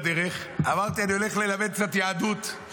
ובדרך אמרתי אני הולך ללמד קצת יהדות.